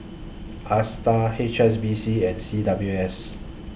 ASTAR H S B C and C W S